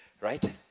Right